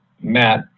Matt